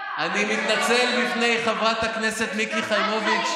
אני מתנצל בפני חברת הכנסת מיקי חיימוביץ'.